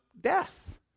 death